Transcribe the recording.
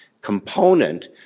component